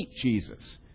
Jesus